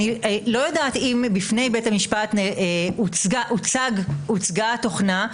אני לא יודעת אם בפני בית המשפט הוצגה התוכנה,